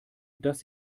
dass